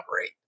rate